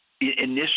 initially